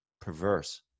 perverse